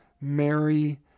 Mary